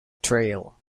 trail